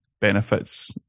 benefits